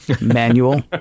manual